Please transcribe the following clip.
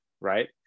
right